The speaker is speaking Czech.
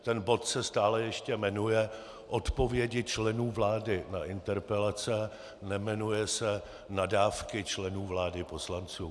Ten bod se stále ještě jmenuje Odpovědi členů vlády na interpelace, nejmenuje se Nadávky členů vlády poslancům.